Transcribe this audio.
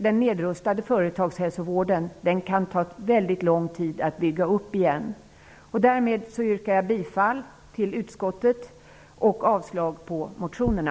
Den nedrustade företagshälsovården kan ta väldigt lång tid att bygga upp igen. Därmed yrkar jag bifall till utskottets hemställan och avslag på reservationerna.